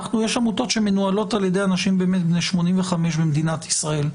יש עמותות שמנוהלות על-ידי אנשים בני 85 במדינת ישראל.